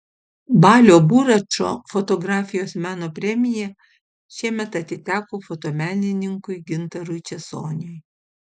balio buračo fotografijos meno premija šiemet atiteko fotomenininkui gintarui česoniui